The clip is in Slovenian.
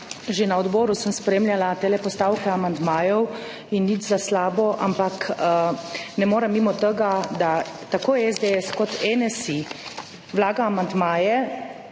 Že na odboru sem spremljala te postavke amandmajev, nič za slabo, ampak ne morem mimo tega, da tako SDS kot NSi vlaga amandmaje